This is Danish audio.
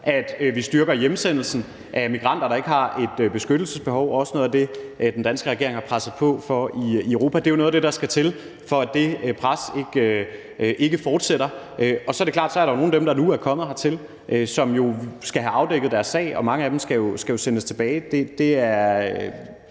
at vi styrker hjemsendelsen af migranter, der ikke har et beskyttelsesbehov, er noget af det, den danske regering har presset på for i Europa. Det er jo noget af det, der skal til for at sikre, at det pres ikke fortsætter. Så er det klart, at der er nogle af dem, der nu er kommet hertil, som skal have afdækket deres sag, og mange af dem skal sendes tilbage. Det er